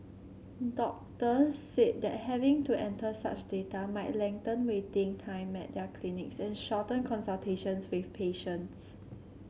doctors said that having to enter such data might lengthen waiting time at their clinics and shorten consultations with patients